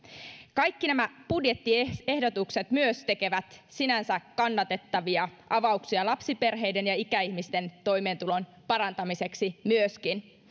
kaikki nämä budjettiehdotukset myös tekevät sinänsä kannatettavia avauksia lapsiperheiden ja myöskin ikäihmisten toimeentulon parantamiseksi